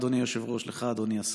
לך, אדוני היושב-ראש, לך, אדוני השר: